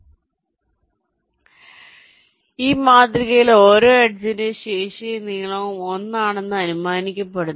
അതിനാൽ ഈ മാതൃകയിൽ ഓരോ എഡ്ജിന്റെയും ശേഷിയും നീളവും 1 ആണെന്ന് അനുമാനിക്കപ്പെടുന്നു